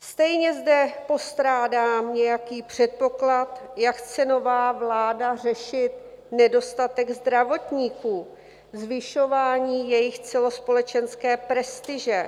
Stejně zde postrádám nějaký předpoklad, jak chce nová vláda řešit nedostatek zdravotníků, zvyšování jejich celospolečenské prestiže.